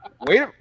wait